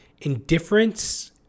indifference